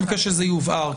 אני מבקש שזה יובהר,